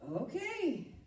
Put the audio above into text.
okay